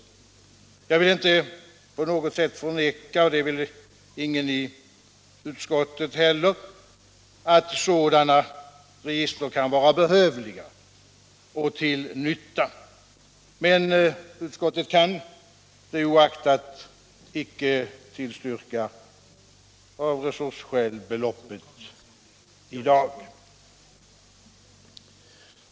Jag vill inte på något sätt förneka — det vill ingen annan i utskottet heller — att sådana register kan vara behövliga och till nytta, men utskottet kan det oaktat av resursskäl icke tillstyrka beloppet i dag.